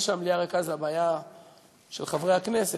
זה שהמליאה ריקה זה בעיה של חברי הכנסת.